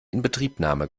inbetriebnahme